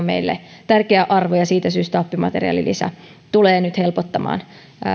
meille tärkeä arvo ja siitä syystä oppimateriaalilisä tulee nyt helpottamaan